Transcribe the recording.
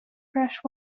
fresh